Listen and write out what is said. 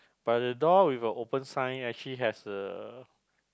but the door with a open sign actually has a